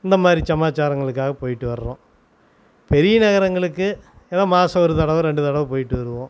இந்த மாதிரி சமாச்சாரங்களுக்காக போயிட்டு வர்றோம் பெரிய நகரங்களுக்கு ஏதோ மாதம் ஒரு தடவை ரெண்டு தடவை போயிட்டு வருவோம்